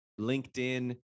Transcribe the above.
LinkedIn